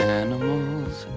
animals